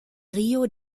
rio